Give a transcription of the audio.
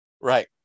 Right